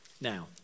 Now